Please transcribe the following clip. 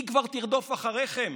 היא כבר תרדוף אחריכם.